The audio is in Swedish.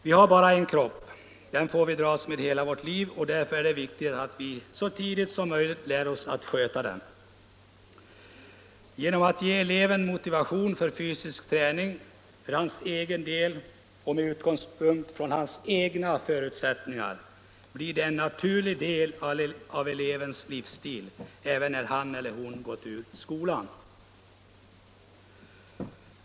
Vi har bara en kropp, den får vi dras med hela vårt liv och därför är det viktigt att vi så tidigt som möjligt lär oss att sköta den. Genom att ge eleven motivation för fysisk träning, för egen del och med utgångspunkt i egna förutsättningar, blir denna en naturlig del av elevens livsstil även när han eller hon gått ur skolan.